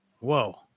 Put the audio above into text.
Whoa